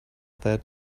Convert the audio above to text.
that